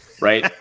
right